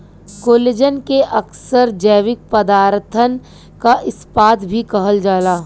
collagen के अक्सर जैविक पदारथन क इस्पात भी कहल जाला